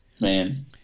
man